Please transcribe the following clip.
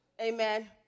amen